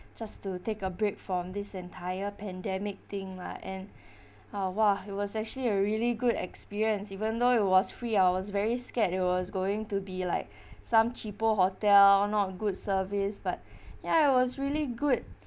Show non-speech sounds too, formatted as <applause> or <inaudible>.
just to take a break from this entire pandemic thing lah and <breath> ah !wah! it was actually a really good experience even though it was free I was very scared it was going to be like <breath> some cheapo hotel not good service but ya it was really good